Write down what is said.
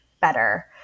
better